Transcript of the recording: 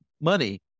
money